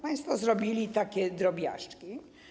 Państwo zrobili takie drobiażdżki.